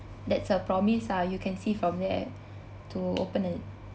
that's a promise ah you can see from there to open a